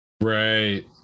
Right